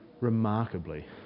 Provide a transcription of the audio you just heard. remarkably